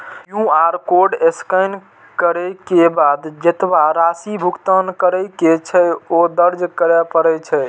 QR code scan करै के बाद जेतबा राशि भुगतान करै के छै, ओ दर्ज करय पड़ै छै